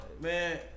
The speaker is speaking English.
Man